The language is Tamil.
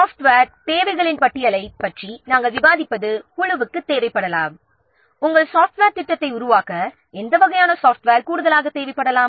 சாஃப்ட்வேர் தேவைகளின் பட்டியலைப் பற்றி நாம் விவாதிப்பது குழுவுக்கு தேவைப்படலாம் நம் சாஃப்ட்வேர் திட்டத்தை உருவாக்க எந்த வகையான சாஃப்ட்வேர் கூடுதலாக தேவைப்படும்